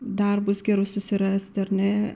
darbus gerus susirast ar ne